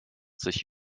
sich